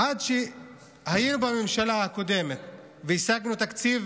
עד שהיינו בממשלה הקודמת והשגנו תקציב